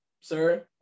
Sir